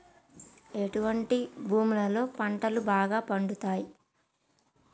ఎటువంటి భూములలో పంటలు బాగా పండుతయ్?